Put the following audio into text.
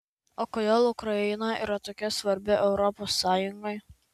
o kodėl ukraina yra tokia svarbi europos sąjungai